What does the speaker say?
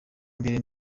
mbere